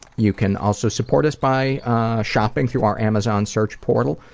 you can also support us by shopping through our amazon search portal.